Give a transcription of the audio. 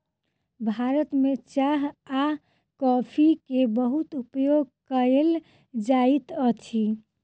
भारत में चाह आ कॉफ़ी के बहुत उपयोग कयल जाइत अछि